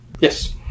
Yes